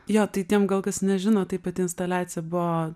jo tai tiem gal kas nežino tai pati instaliacija buvo